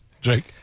Jake